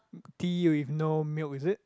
tea with no milk is it